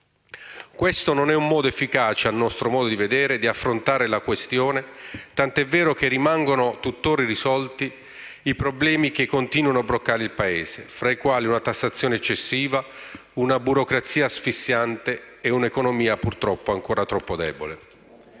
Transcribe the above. Questo non è un modo efficace - a nostro modo di vedere - di affrontare le questioni, tanto è vero che rimangono tuttora irrisolti i problemi che continuano a bloccare il Paese, fra i quali una tassazione eccessiva, una burocrazia asfissiante e una economia, purtroppo, ancora troppo debole.